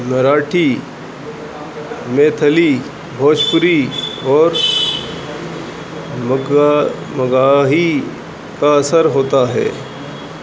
مراٹھی میتھلی بھوجپوری اور مگہی کا اثر ہوتا ہے